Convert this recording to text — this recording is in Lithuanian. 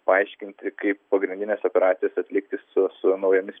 paaiškinti kaip pagrindines operacijas atlikti su su naujomis